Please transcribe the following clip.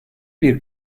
bir